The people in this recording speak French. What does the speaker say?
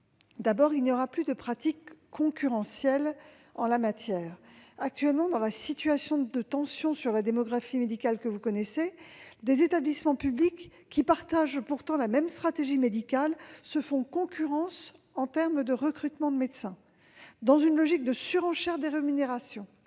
D'abord, il n'y aura plus de pratiques concurrentielles en la matière. Actuellement, en raison de la situation tendue de la démographie médicale, des établissements publics qui partagent pourtant la même stratégie médicale se font concurrence pour le recrutement de médecins, en faisant de la surenchère sur les rémunérations.